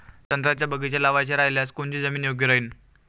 संत्र्याचा बगीचा लावायचा रायल्यास कोनची जमीन योग्य राहीन?